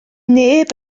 neb